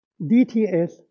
DTS